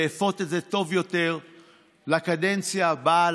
לאפות את זה טוב יותר לקדנציה הבאה,